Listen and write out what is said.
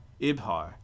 Ibhar